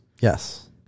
Yes